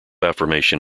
affirmation